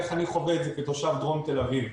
איך אני חווה את זה כתושב דרום תל-אביב,